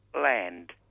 land